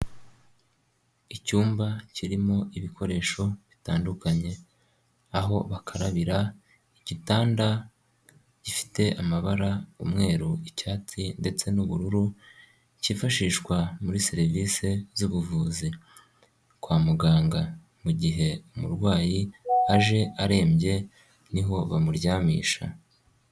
Icyumba kirimo ibikoresho bitandukanye: aho bakarabira, igitanda gifite amabara: umweru, icyatsi ndetse n'ubururu. Kifashishwa muri serivisi zubuvuzi kwa muganga. Mu gihe umurwayi aje arembye niho bamuryamisha.